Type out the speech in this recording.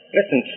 Listen